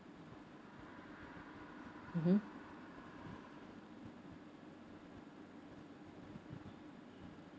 mmhmm